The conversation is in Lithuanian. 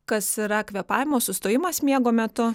kas yra kvėpavimo sustojimas miego metu